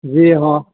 जी हाँ